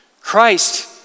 Christ